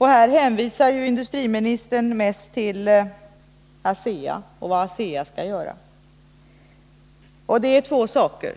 Här hänvisar industriministern mest till ASEA och till vad ASEA skall göra — och det är två saker.